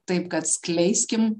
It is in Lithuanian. taip kad skleiskim